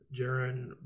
Jaron